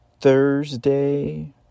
Thursday